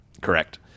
Correct